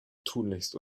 tunlichst